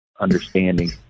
understanding